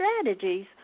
strategies